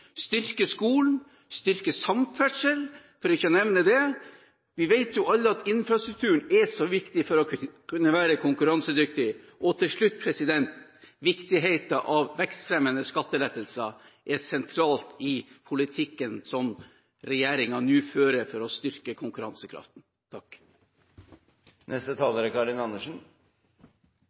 styrke skolen og styrke samferdsel, for å nevne det. Vi vet jo alle at infrastrukturen er så viktig for å kunne være konkurransedyktig. Og til slutt: Viktigheten av vekstfremmende skattelettelser er sentralt i politikken som regjeringen nå fører for å styrke konkurransekraften.